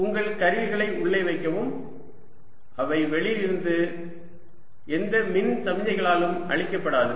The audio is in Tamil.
உங்கள் கருவிகளை உள்ளே வைக்கவும் அவை வெளியில் இருந்து எந்த மின் சமிக்ஞைகளாலும் அழிக்கப்படாது